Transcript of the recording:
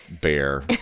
bear